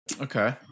Okay